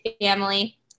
family